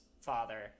father